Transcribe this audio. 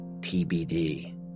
TBD